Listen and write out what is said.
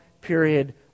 period